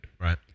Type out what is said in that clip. right